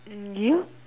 and you